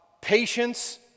patience